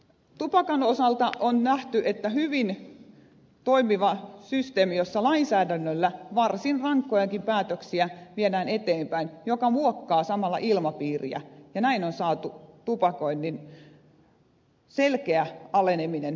tupakan osalta on nähty että hyvin toimivalla systeemillä jossa lainsäädännöllä varsin rankkojakin päätöksiä viedään eteenpäin ja muokataan samalla ilmapiiriä on saatu aikaan tupakoinnin selkeä aleneminen kaikissa ikäluokissa